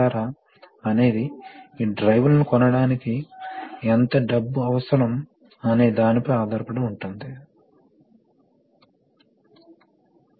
ఎందుకంటే రెండు చివరలను వెంట్ తో అనుసంధానించబడి ఉంటుంది కనుక ఇది కదలగలదు